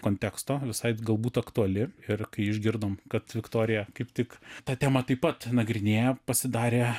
konteksto visai galbūt aktuali ir kai išgirdom kad viktorija kaip tik tą temą taip pat nagrinėja pasidarė